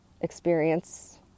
experience